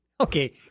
okay